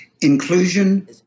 Inclusion